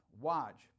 Watch